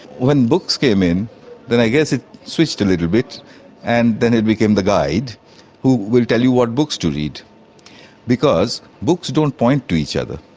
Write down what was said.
when books came in then i guess it switched a little bit and then it became the guide who will tell you what books to read because books don't point to each other,